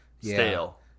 Stale